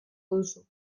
duzu